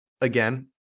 again